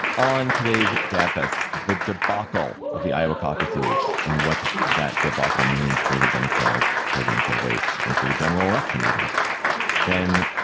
on today's gabfest, the debacle of the iowa caucuses and what that debacle means for the democratic presidential race and for the general election. even then,